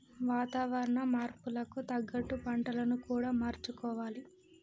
వాతావరణ మార్పులకు తగ్గట్టు పంటలను కూడా మార్చుకోవాలి